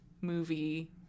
movie